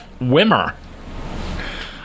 Wimmer